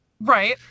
right